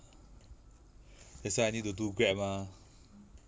that's why I need to do grab mah